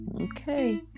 Okay